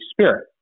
Spirit